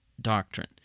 doctrine